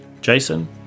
Jason